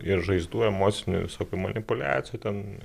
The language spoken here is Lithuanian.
ir žaizdų emocinių visokių manipuliacijų ten